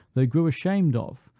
they grew ashamed of,